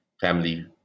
family